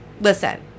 listen